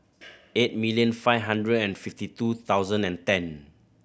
eight million five hundred and fifty two thousannd and ten